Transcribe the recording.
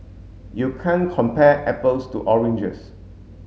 you can't compare apples to oranges